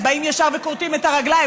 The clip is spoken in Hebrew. באים וישר כורתים את הרגליים.